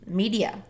media